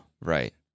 right